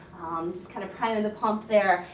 just kinda priming the pump there.